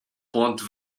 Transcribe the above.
ponte